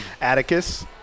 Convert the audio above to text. Atticus